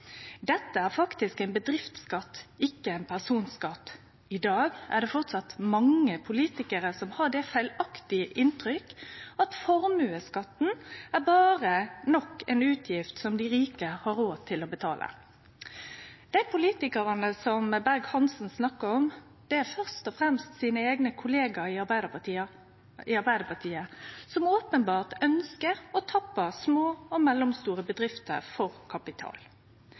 Dette er faktisk en bedriftsskatt og ikke en personskatt. I dag er det fortsatt mange politikere som har det feilaktig inntrykk at formuesskatten er bare «nok en utgift som de rike har råd til å betale».» Dei politikarane Berg-Hansen snakka om, er først og fremst eigne kollegaer i Arbeidarpartiet, som openbert ønskjer å tappe små og mellomstore bedrifter for kapital.